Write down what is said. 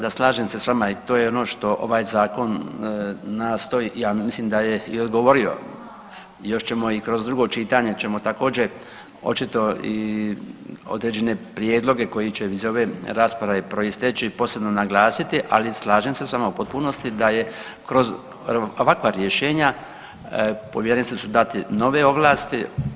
Da, slažem s vama i to je ono što ovaj zakon nastoji, ja mislim da je i odgovorio, još ćemo i kroz drugo čitanje ćemo također očito i određene prijedloge koji će iz ove rasprave proisteći posebno naglasiti, ali slažem se sa vama u potpunosti da je kroz ovakva rješenja povjerenstvu su date nove ovlasti.